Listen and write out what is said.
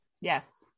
Yes